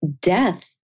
death